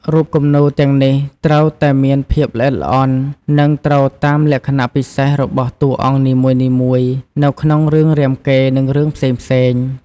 រូបគំនូរទាំងនេះត្រូវតែមានភាពល្អិតល្អន់ និងត្រូវតាមលក្ខណៈពិសេសរបស់តួអង្គនីមួយៗនៅក្នុងរឿងរាមកេរ្តិ៍ និងរឿងផ្សេងៗ។